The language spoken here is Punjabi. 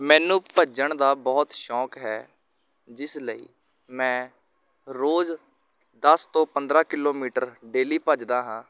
ਮੈਨੂੰ ਭੱਜਣ ਦਾ ਬਹੁਤ ਸ਼ੌਕ ਹੈ ਜਿਸ ਲਈ ਮੈਂ ਰੋਜ਼ ਦਸ ਤੋਂ ਪੰਦਰਾਂ ਕਿਲੋਮੀਟਰ ਡੇਲੀ ਭੱਜਦਾ ਹਾਂ